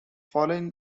following